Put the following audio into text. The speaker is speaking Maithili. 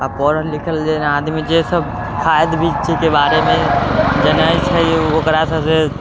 आ पढ़ल लिखल आदमी जे सब खाद बीज के बारे मे जनय छै ओकरा सबसे